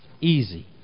easy